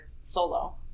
solo